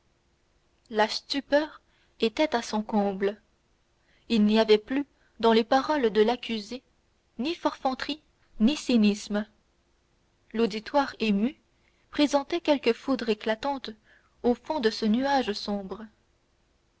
la stupeur était à son comble il n'y avait plus dans les paroles de l'accusé ni forfanterie ni cynisme l'auditoire ému pressentait quelque foudre éclatante au fond de ce nuage sombre